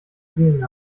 gesehen